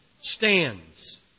stands